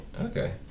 Okay